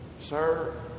Sir